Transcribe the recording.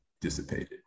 dissipated